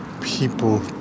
people